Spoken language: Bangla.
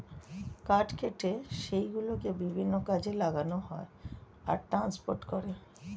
কাঠ কেটে সেই গুলোকে বিভিন্ন কাজে লাগানো হয় আর ট্রান্সপোর্ট করে